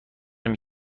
اینه